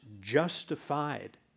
justified